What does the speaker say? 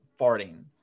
farting